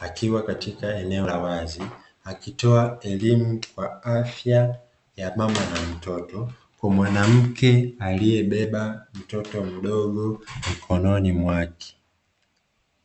akiwa katika eneo la wazi akitoa elimu kwa afya ya mama na mtoto kwa mwanamke aliyebeba mtoto mdogo mikononi mwake.